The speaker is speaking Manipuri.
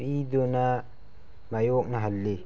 ꯄꯤꯗꯨꯅ ꯃꯥꯏꯌꯣꯛꯅꯍꯜꯂꯤ